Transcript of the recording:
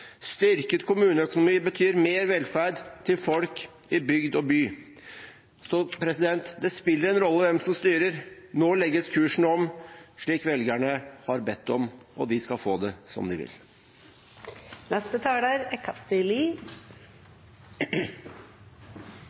Styrket kommuneøkonomi betyr mer velferd til folk i bygd og by. Så det spiller en rolle hvem som styrer. Nå legges kursen om, slik velgerne har bedt om, og de skal få det som de vil.